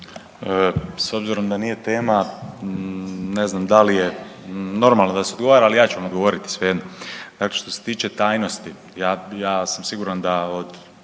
S obzirom da nije tema, ne znam da li je normalo da se odgovara, ali ja ću vam odgovoriti svejedno. Dakle, što se tiče tajnosti ja sam siguran da od